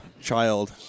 child